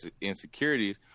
insecurities